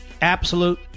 Absolute